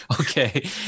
Okay